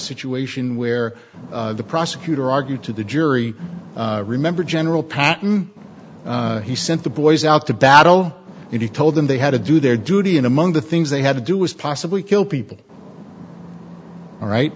situation where the prosecutor argued to the jury remember general patton he sent the boys out to battle and he told them they had to do their duty and among the things they had to do was possibly kill people all right